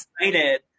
excited